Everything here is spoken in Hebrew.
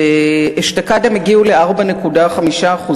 אשתקד הם הגיעו ל-4.5%,